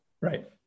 Right